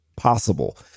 possible